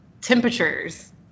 temperatures